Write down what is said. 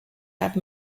have